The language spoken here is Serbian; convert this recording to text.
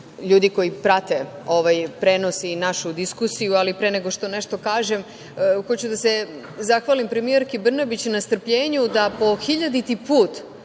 ljudi koji prate ovaj prenos i našu diskusiju, ali pre nego što nešto kažem, hoću da se zahvalim premijerki Brnabić na strpljenju da po hiljaditi put